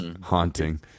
haunting